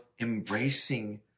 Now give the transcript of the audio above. embracing